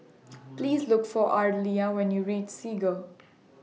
Please Look For Ardelia when YOU REACH Segar